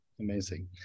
Amazing